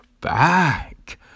back